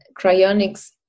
cryonics